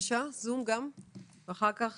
אחר כך